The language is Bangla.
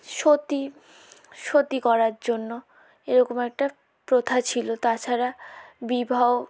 সতী সতী করার জন্য এরকম একটা প্রথা ছিল তাছাড়া বিবাহ